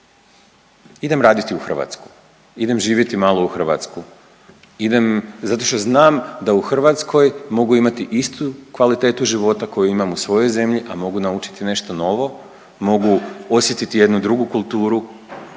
idem raditi u Hrvatsku, idem živjeti malo u Hrvatsku, idem zato što znam da u Hrvatskoj mogu imati istu kvalitetu života koju imam u svojoj zemlji, a mogu naučiti nešto novo, mogu osjetiti jednu drugu kulturu,